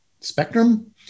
spectrum